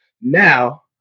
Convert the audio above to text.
Now